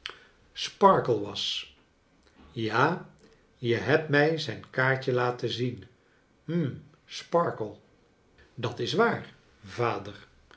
sparkler was ha je hebt mij zijn kaartje laten zien hm sparkler dat is waar vader